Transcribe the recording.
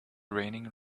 raining